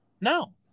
No